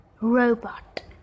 robot